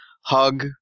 hug